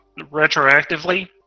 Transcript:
retroactively